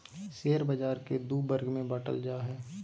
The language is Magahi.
शेयर बाज़ार के दू वर्ग में बांटल जा हइ